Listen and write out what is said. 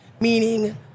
meaning